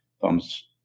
Thumbs